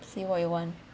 see what you want